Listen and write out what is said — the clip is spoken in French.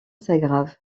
s’aggravent